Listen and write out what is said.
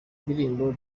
ndirimbo